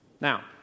Now